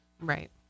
Right